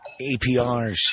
APRs